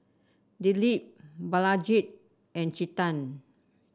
Dilip Balaji and Chetan